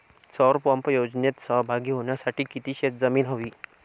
सौर पंप योजनेत सहभागी होण्यासाठी किती शेत जमीन हवी?